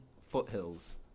foothills